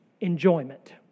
enjoyment